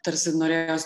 tarsi norėjos